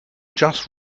just